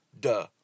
duh